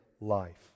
life